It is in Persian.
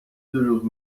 دروغ